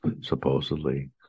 supposedly